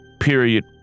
period